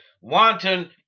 Wanton